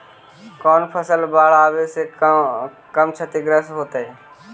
कौन फसल बाढ़ आवे से कम छतिग्रस्त होतइ?